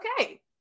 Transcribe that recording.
okay